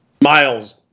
miles